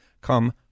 come